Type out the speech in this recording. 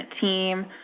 team